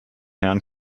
herrn